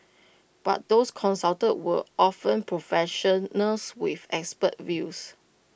but those consulted were often professionals with expert views